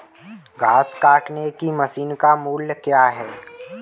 घास काटने की मशीन का मूल्य क्या है?